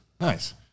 Nice